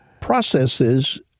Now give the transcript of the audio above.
processes